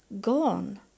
gone